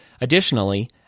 Additionally